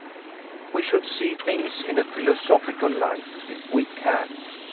we should see things in a philosophical light, if we can.